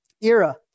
era